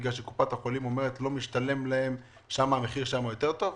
בגלל שקופת החולים אומרת שהמחיר שם יותר טוב?